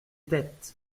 têtes